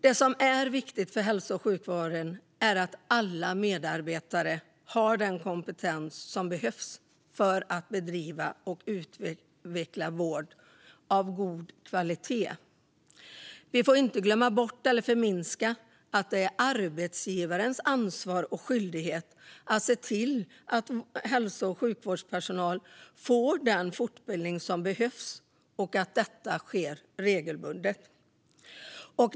Det som är viktigast för hälso och sjukvården är att alla medarbetare har den kompetens som behövs för att bedriva och utveckla vård av god kvalitet. Vi får inte glömma bort eller förminska att det är arbetsgivarens ansvar och skyldighet att se till att hälso och sjukvårdspersonal får den fortbildning som behövs och att detta sker regelbundet.